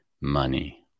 money